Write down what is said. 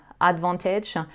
advantage